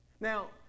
Now